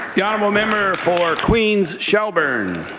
the honourable member for queens-shelburne.